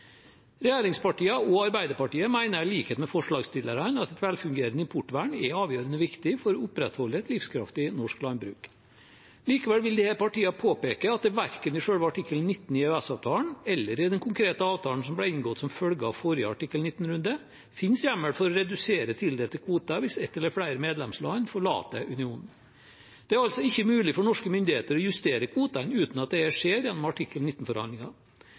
og Arbeiderpartiet mener i likhet med forslagsstillerne at et velfungerende importvern er avgjørende viktig for å opprettholde et livskraftig norsk landbruk. Likevel vil disse partiene påpeke at det verken i selve artikkel 19 i EØS-avtalen eller i den konkrete avtalen som ble inngått som følge av forrige artikkel 19-runde, finnes hjemmel for å redusere tildelte kvoter hvis ett eller flere medlemsland forlater unionen. Det er altså ikke mulig for norske myndigheter å justere kvotene uten at dette skjer gjennom artikkel